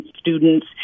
students